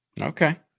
Okay